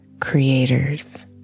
creators